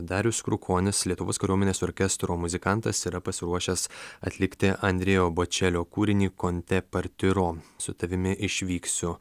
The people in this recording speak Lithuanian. darius krukonis lietuvos kariuomenės orkestro muzikantas yra pasiruošęs atlikti andrejo bočelio kūrinį con te partiro su tavimi išvyksiu